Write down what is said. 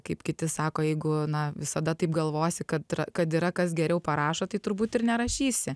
kaip kiti sako jeigu na visada taip galvosi kad kad yra kas geriau parašo tai turbūt ir nerašysi